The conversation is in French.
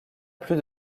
plus